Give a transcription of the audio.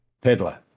Peddler